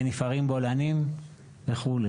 נפערים בולענים וכו'.